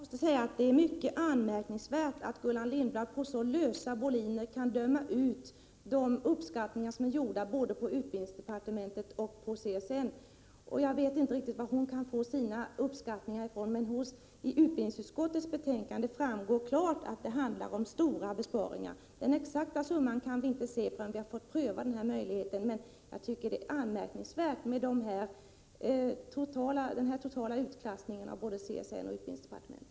Herr talman! Jag måste säga att det är mycket anmärkningsvärt att Gullan Lindblad på så lösa boliner kan döma ut de uppskattningar som är gjorda både på utbildningsdepartementet och på CSN. Jag vet inte riktigt varifrån Gullan Lindblad får sina uppskattningar, men av utbildningsutskottets betänkande framgår klart att det handlar om stora besparingar. Den exakta summan kan vi inte se förrän vi har prövat denna möjlighet. Men jag tycker att det är anmärkningsvärt med denna totala utklassning av både CSN och utbildningsdepartementet.